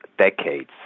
Decades